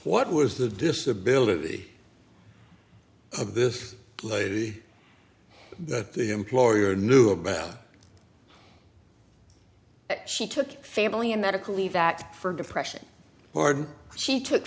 what was the disability of this lady that the employer knew about she took family and medical leave act for depression she took